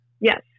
Yes